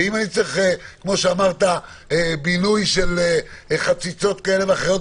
ואם צריך בינוי של חציצות כאלה ואחרות